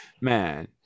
man